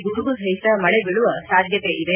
ಗುಡುಗು ಸಹಿತ ಮಳೆ ಬೀಳುವ ಸಾಧ್ಯತೆ ಇದೆ